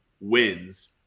wins